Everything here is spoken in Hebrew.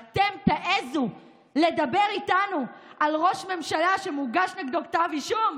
אתם תעזו לדבר איתנו על ראש ממשלה שמוגש נגדו כתב אישום?